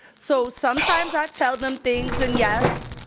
so sometimes i tell them things and, yes,